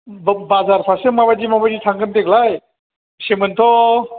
बाजारफ्रासो माबायदि माबायदि थांगोन देग्लाय सेमोन्थ'